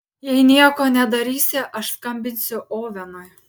jei nieko nedarysi aš skambinsiu ovenui